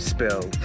Spill